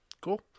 Cool